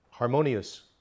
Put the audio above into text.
harmonious